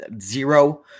zero